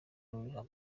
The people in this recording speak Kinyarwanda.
ruriho